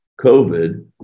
COVID